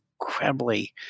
incredibly